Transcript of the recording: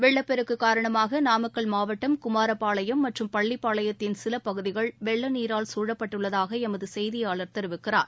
வெள்ளப்பெருக்கு காரணமாக நாமக்கல் மாவட்டம் குமாரபாளையம் மற்றும் பள்ளிப்பாளையத்தின் சில பகுதிகள் வெள்ள நீரால் சூழப்பட்டுள்ளதாக எமது செய்தியாளர் தெரிவிக்கிறார்